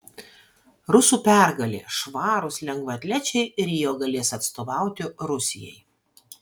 rusų pergalė švarūs lengvaatlečiai rio galės atstovauti rusijai